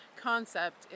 concept